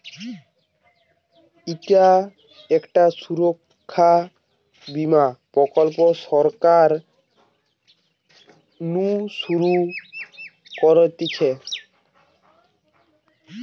ইটা একটা সুরক্ষা বীমা প্রকল্প সরকার নু শুরু করতিছে